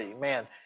man